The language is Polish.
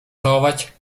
całować